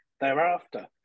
thereafter